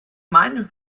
meinung